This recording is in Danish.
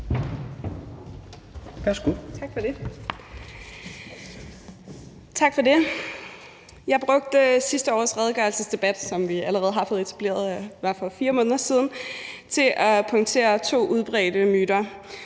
Tak for det. Jeg brugte sidste års redegørelsesdebat, som vi allerede har fået konstateret var for 4 måneder siden, til at punktere to udbredte myter.